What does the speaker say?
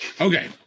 Okay